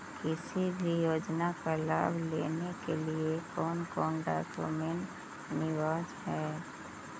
किसी भी योजना का लाभ लेने के लिए कोन कोन डॉक्यूमेंट अनिवार्य है?